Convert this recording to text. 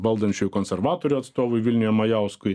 valdančiųjų konservatorių atstovui vilniuje majauskui